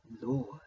Lord